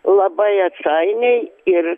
labai atsainiai ir